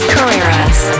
Carreras